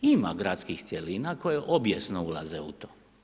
Ima gradskih cjelina koje obijesno ulaze u to.